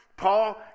Paul